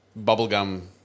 bubblegum